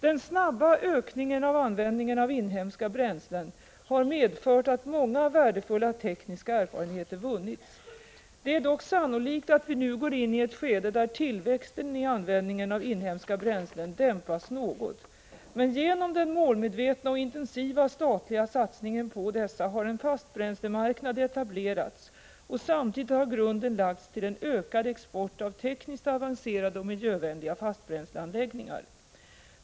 Den snabba ökningen av användningen av inhemska bränslen har medfört att många värdefulla tekniska erfarenheter vunnits. Det är dock sannolikt att vi nu går in i ett skede där tillväxten i användningen av inhemska bränslen dämpas något. Men genom den målmedvetna och intensiva statliga satsningen på dessa har en fastbränslemarknad etablerats, och samtidigt har grunden lagts till en ökad export av tekniskt avancerade och miljövänliga fastbränsleanläggningar.